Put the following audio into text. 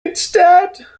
instead